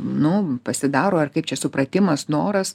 nu pasidaro ar kaip čia supratimas noras